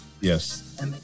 Yes